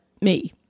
me